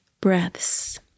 breaths